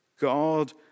God